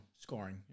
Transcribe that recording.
scoring